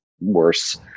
worse